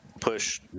push